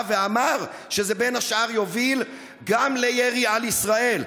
ואמר שזה בין השאר יוביל גם לירי על ישראל?